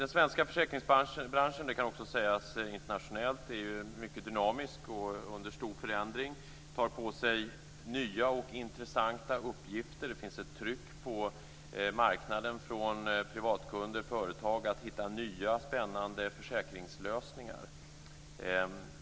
Den svenska försäkringsbranschen - det gäller också internationellt - är mycket dynamisk och under stor förändring. Man tar på sig nya och intressanta uppgifter. Det finns ett tryck på marknaden från privatkunder och företag att hitta nya spännande försäkringslösningar.